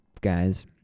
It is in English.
guys